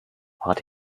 wart